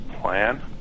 plan